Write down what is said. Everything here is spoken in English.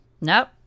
Nope